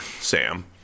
Sam